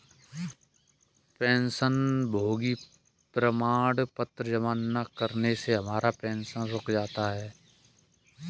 पेंशनभोगी प्रमाण पत्र जमा न करने से हमारा पेंशन रुक जाता है